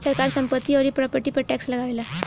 सरकार संपत्ति अउरी प्रॉपर्टी पर टैक्स लगावेला